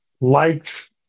liked